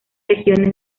regiones